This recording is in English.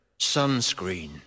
sunscreen